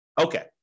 Okay